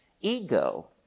ego